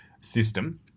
system